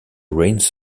ruins